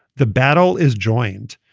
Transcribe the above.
the battle is joined.